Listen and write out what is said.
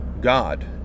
God